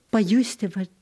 pajusti vat